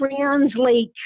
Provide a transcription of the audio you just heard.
translate